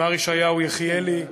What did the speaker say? מר ישעיהו יחיאלי,